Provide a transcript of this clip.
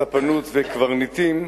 ספנות וקברניטים,